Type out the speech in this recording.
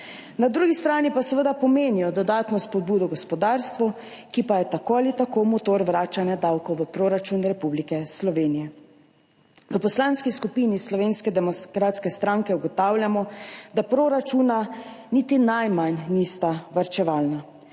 Na drugi strani pa seveda pomenijo dodatno spodbudo gospodarstvu, ki pa je tako ali tako motor vračanja davkov v proračun Republike Slovenije. V Poslanski skupini Slovenske demokratske stranke ugotavljamo, da proračuna nista niti najmanj varčevalna.